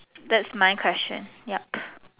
that is my question yup